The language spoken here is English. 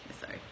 Sorry